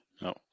no